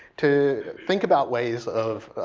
to think about ways of